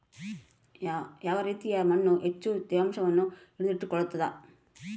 ಯಾವ ರೇತಿಯ ಮಣ್ಣು ಹೆಚ್ಚು ತೇವಾಂಶವನ್ನು ಹಿಡಿದಿಟ್ಟುಕೊಳ್ತದ?